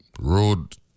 road